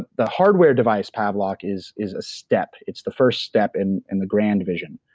the the hardware device pavlok is is a step. it's the first step in and the grand vision,